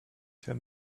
tell